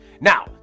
Now